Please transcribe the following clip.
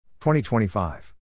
20-25